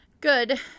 good